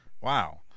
Wow